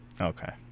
Okay